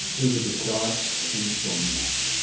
it was a dark and stormy night